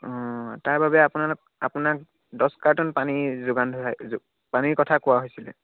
অঁ তাৰবাবে আপোনাক আপোনাক দহ কাৰ্টন পানী যোগান ধৰা যোগান পানীৰ কথা কোৱা হৈছিলে